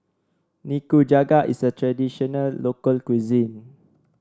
nikujaga is a traditional local cuisine